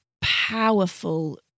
powerful